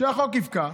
כשהחוק יפקע,